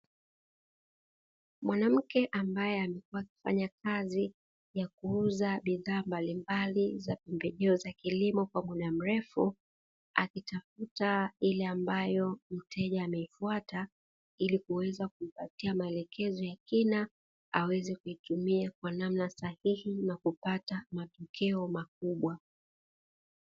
Mwanamke ambae amekuwa akifanya kazi ya kuuza bidhaa mbalimbali za pembejeo za kilimo kwa muda mrefu, akitafuta ile ambayo mteja ameifuata ili kuweza kumpatia maelekezo ya kina aweze kuitumia kwa namna sahihi na kupata matokeao makubwa.